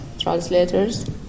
translators